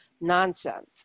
nonsense